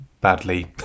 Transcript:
badly